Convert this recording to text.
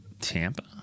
Tampa